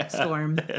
storm